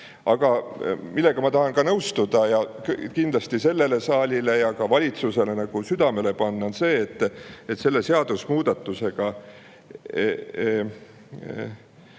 Aga millega ma tahan ka nõustuda ja mida kindlasti sellele saalile ja valitsusele südamele panna, on see, et selle seadusemuudatusega